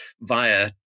via